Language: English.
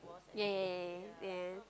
ya ya ya ya ya ya